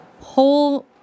whole